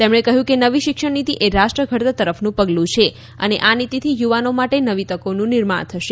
તેમણે કહ્યું કે નવી શિક્ષણ નીતી એ રાષ્ટ્ર ઘડતર તરફનું પગલું છે અને આ નીતિથી યુવાનો માટે નવી તકોનું નિર્માણ થશે